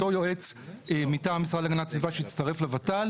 אותו יועץ מטעם המשרד להגנת הסביבה שיצטרף לות"ל,